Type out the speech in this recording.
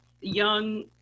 young